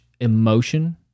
emotion